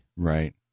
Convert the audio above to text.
Right